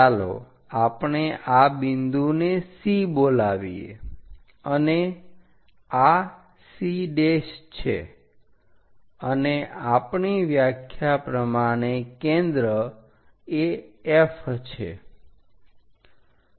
ચાલો આપણે આ બિંદુને C બોલાવીએ અને આ C છે અને આપણી વ્યાખ્યા પ્રમાણે કેન્દ્ર એ F છે